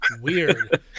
weird